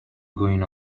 going